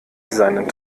seinen